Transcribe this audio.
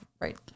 right